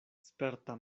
sperta